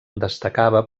destacava